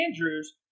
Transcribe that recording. Andrews